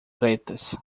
pretas